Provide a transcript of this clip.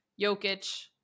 Jokic